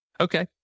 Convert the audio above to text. okay